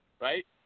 Right